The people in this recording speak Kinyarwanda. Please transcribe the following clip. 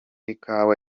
ikawa